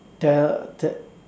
tell